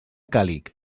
càlig